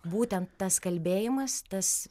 būtent tas kalbėjimas tas